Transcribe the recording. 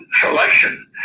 selection